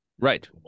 Right